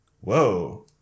Whoa